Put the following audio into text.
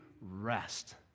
rest